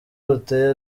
ruteye